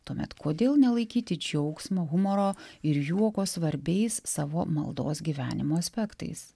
tuomet kodėl nelaikyti džiaugsmo humoro ir juoko svarbiais savo maldos gyvenimo aspektais